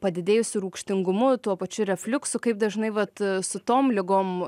padidėjusiu rūgštingumu tuo pačiu refliuksu kaip dažnai vat e su tom ligom